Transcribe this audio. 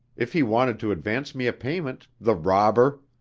if he wanted to advance me a payment, the robber!